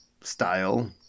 style